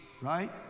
Right